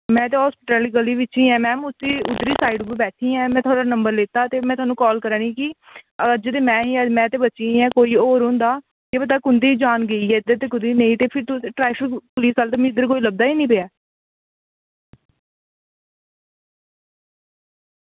में ते हॉस्पिटल दी गली बिच ई आं मैम उद्धरली साईड बैठी दी ते में थुआढ़ा नंबर लैता ते में थाह्नूं कॉल करानी की ते में ते बची आं कोई होर होंदा केह् पता कोह्दी जान कोह्दी नेईं ते अगर कोई इद्धर लब्भे निं